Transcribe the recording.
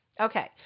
Okay